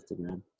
Instagram